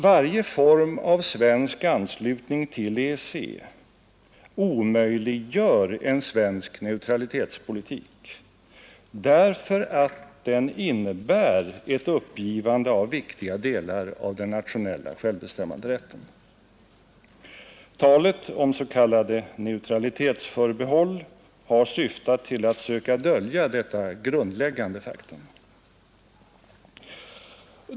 Varje form av svensk anslutning till EEC omöjliggör en svensk neutralitetspolitik därför att den innebär ett uppgivande av viktiga delar av den nationella självbestämmanderätten. Talet om s.k. neutralitetsförbehåll har syftat till att söka dölja detta faktum.